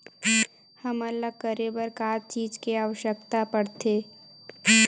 हमन ला करे बर का चीज के आवश्कता परथे?